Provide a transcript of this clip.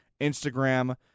Instagram